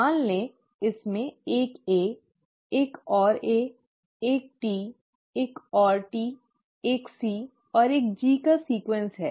मान लें कि इसमें एक A एक और A एक T एक और T एक C और एक G का अनुक्रम है